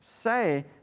say